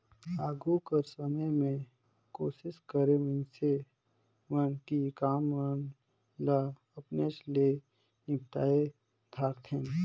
आघु कर समे में कोसिस करें मइनसे मन कि काम मन ल अपनेच ले निपटाए धारतेन